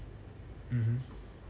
mmhmm